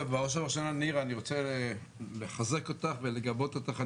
בראש ובראשונה נירה אני רוצה לחזק אותך ולגבות אותך.